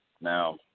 Now